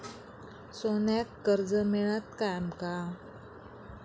सोन्याक कर्ज मिळात काय आमका?